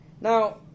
Now